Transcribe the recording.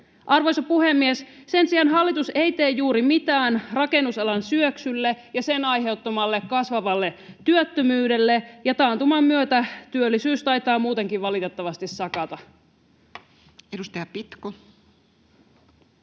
Arvoisa puhemies! Sen sijaan hallitus ei tee juuri mitään rakennusalan syöksylle ja sen aiheuttamalle kasvavalle työttömyydelle, ja taantuman myötä työllisyys taitaa muutenkin valitettavasti sakata. [Speech 204]